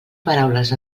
paraules